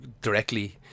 directly